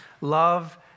love